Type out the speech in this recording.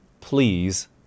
please